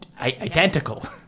identical